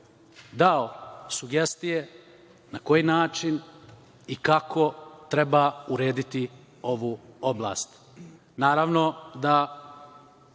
dao sugestije na koji način i kako treba urediti ovu oblast.